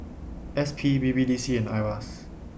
S P B B D C and IRAS